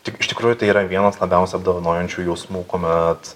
tik iš tikrųjų tai yra vienas labiausiai apdovanojančių jausmų kuomet